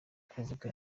kuvuga